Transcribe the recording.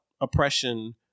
oppression